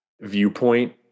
viewpoint